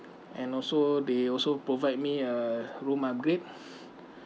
and also they also provide me a room upgrade